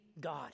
God